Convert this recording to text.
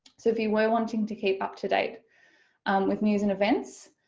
so if you're wanting to keep up-to-date with news and events